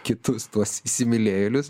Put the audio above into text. kitus tuos įsimylėjėlius